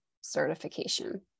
certification